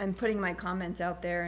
and putting my comments out there